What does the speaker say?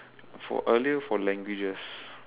for earlier for languages